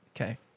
Okay